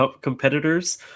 competitors